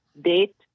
date